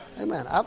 Amen